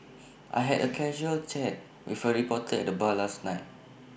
I had A casual chat with A reporter at the bar last night